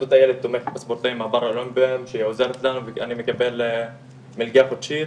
אני מקבל מלגה חודשית,